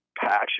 passion